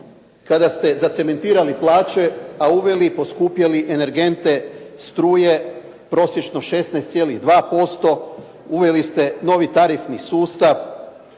kada ste zacementirali plaće a uveli i poskupjeli energente struje prosječno 16,2%, uveli ste novi tarifni sustav.